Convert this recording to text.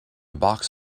box